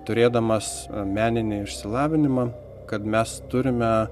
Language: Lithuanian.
turėdamas meninį išsilavinimą kad mes turime